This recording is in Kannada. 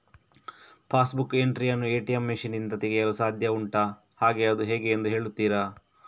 ಪಾಸ್ ಬುಕ್ ಎಂಟ್ರಿ ಯನ್ನು ಎ.ಟಿ.ಎಂ ಮಷೀನ್ ನಿಂದ ತೆಗೆಯಲು ಸಾಧ್ಯ ಉಂಟಾ ಹಾಗೆ ಅದು ಹೇಗೆ ಎಂದು ಹೇಳುತ್ತೀರಾ?